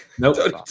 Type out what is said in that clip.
Nope